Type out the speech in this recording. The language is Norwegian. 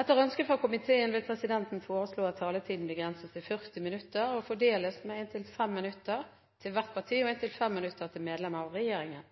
Etter ønske fra helse- og omsorgskomiteen vil presidenten foreslå at taletiden begrenses til 40 minutter og fordeles med inntil 5 minutter til hvert parti og inntil 5 minutter til medlem av regjeringen.